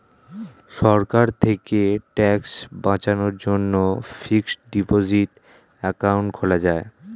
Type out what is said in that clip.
সরকার থেকে ট্যাক্স বাঁচানোর জন্যে ফিক্সড ডিপোসিট অ্যাকাউন্ট খোলা যায়